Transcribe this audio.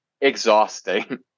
exhausting